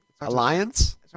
Alliance